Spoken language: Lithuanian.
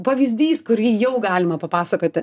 pavyzdys kurį jau galima papasakoti